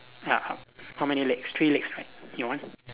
ya how how many legs three legs right your one